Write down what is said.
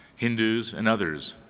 hindus, and others.